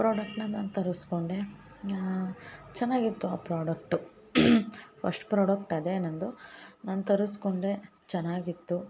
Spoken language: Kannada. ಪ್ರಾಡಕ್ಟ್ನ ನಾನು ತರಸ್ಕೊಂಡೆ ಚೆನ್ನಾಗಿತ್ತು ಆ ಪ್ರಾಡಕ್ಟ್ ಪಸ್ಟ್ ಪ್ರಾಡಕ್ಟ್ ಅದೇ ನಂದು ನಾನು ತರಸ್ಕೊಂಡೆ ಚೆನ್ನಾಗಿತ್ತು